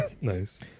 Nice